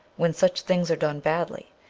when such things are done badly.